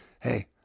Hey